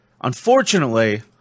unfortunately